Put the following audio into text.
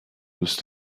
دوست